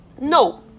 No